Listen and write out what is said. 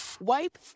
wipe